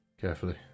carefully